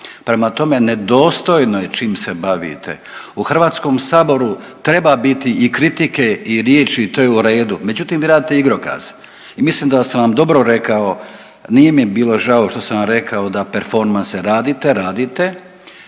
Prema tome, nedostojno je čim se bavite. U HS-u treba biti i kritike i riječi, to je u redu, međutim, vi radite igrokaz i mislim da sam vam dobro rekao, nije mi bilo žao što sam vam rekao da performanse radite, radite,